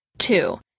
Two